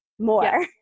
more